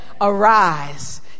Arise